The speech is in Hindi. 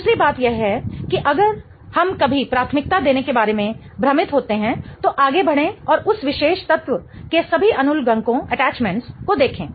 दूसरी बात यह है कि अगर हम कभी प्राथमिकता देने के बारे में भ्रमित होते हैं तो आगे बढ़े और उस विशेष तत्व के सभी अनुलग्नकों को देखें